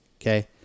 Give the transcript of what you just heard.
okay